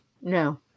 No